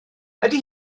ydy